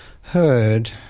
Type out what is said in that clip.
heard